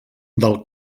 del